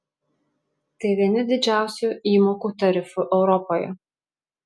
tai vieni didžiausių įmokų tarifų europoje